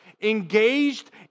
engaged